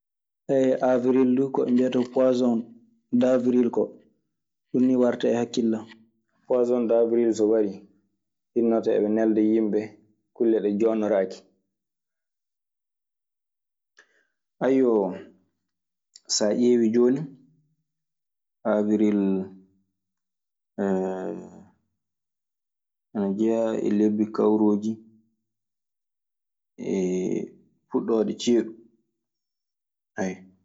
Aawril duu ko ɓe mbiyata puwaason daawril koo. Ɗun nii warta e hakkille an. Poison daawril so warii, hinnoto eɓe nelda yimɓe kulle ɗe jooɗnoraaki. Saa ƴeewii jooni, Aawril ana jeyaa e lebbi kawrooji e fuɗɗoode ceeɗu.